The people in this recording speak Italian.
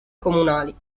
comunali